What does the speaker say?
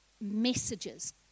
messages